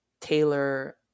tailor